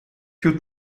più